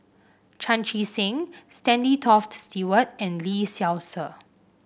Chan Chee Seng Stanley Toft Stewart and Lee Seow Ser